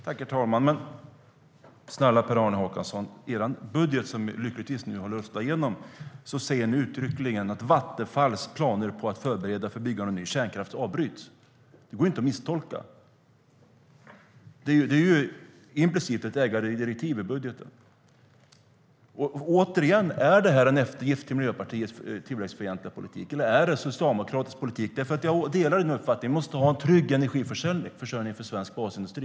Herr talman! Men snälla Per-Arne Håkansson - i er budget, som lyckligtvis inte röstades igenom, säger ni uttryckligen att Vattenfalls planer på att förbereda för byggande av ny kärnkraft avbryts. Det går inte att misstolka. Det är implicit ett ägardirektiv i budgeten. Jag delar din uppfattning att vi måste ha en trygg energiförsörjning för svensk basindustri.